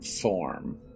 form